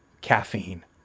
caffeine